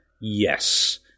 Yes